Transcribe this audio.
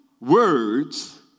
words